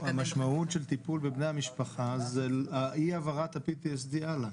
המשמעות של טיפול בבני המשפחה זה אי העברת ה-PTSD האלה.